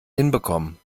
hinbekommen